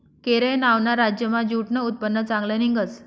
केरय नावना राज्यमा ज्यूटनं उत्पन्न चांगलं निंघस